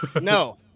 No